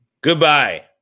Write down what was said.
goodbye